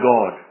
God